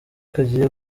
kagiye